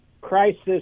crisis